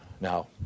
Now